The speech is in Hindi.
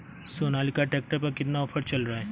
सोनालिका ट्रैक्टर पर कितना ऑफर चल रहा है?